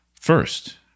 first